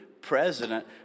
president